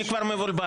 אני כבר מבולבל.